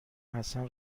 حسن